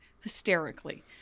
Hysterically